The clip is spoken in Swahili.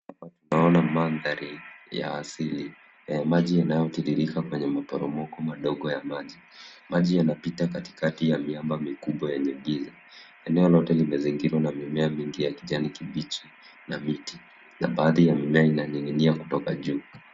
Tunaona mandhari ya asili ya maji inayotirirka kwenye maporomoko madogo ya maji. Maji yanapita katikati ya miamba mikubwa yenye giza. Eneo lote limezingirwa na mimea mingi ya kijani kibichi na miti na baadhi ya mimea inaning'inia kutoka juu.